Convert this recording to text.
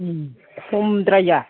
खमद्राया